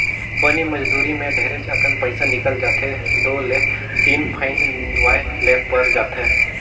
बनी मजदुरी मे ढेरेच अकन पइसा निकल जाथे दु ले तीन फंइत निंदवाये ले पर जाथे